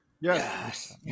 Yes